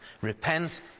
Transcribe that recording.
Repent